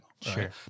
Sure